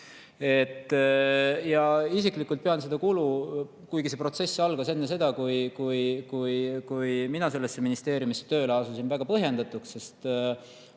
Isiklikult pean seda kulu, kuigi see protsess algas enne seda, kui mina sellesse ministeeriumisse tööle asusin, väga põhjendatuks.